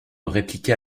répliqua